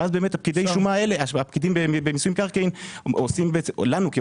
שאז באמת הפקידים במיסוי מקרקעין עושים לנו את המוות